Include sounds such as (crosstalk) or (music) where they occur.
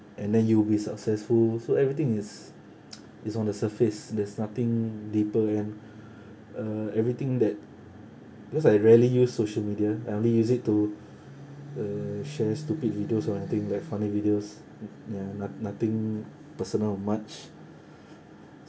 and then you will be successful so everything is (noise) is on the surface there's nothing deeper and (breath) uh everything that because I rarely use social media I only use it to (breath) uh share stupid videos or anything like funny videos ya no~ nothing personal much